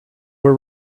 were